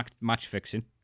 match-fixing